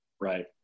Right